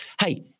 hey